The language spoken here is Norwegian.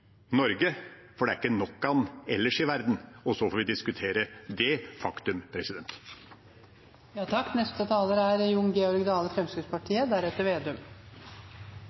Norge fordi det ikke er nok av den ellers i verden, og så får vi diskutere det faktum.